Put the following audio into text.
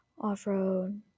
off-road